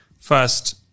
first